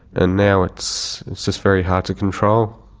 and now it's just very hard to control.